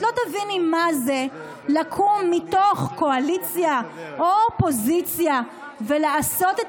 את לא תביני מה זה לקום מתוך קואליציה או אופוזיציה ולעשות את